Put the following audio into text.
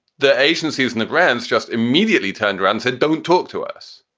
the agency is in the brands just immediately turned around, said, don't talk to us,